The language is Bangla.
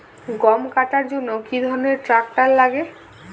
গম কাটার জন্য কি ধরনের ট্রাক্টার লাগে?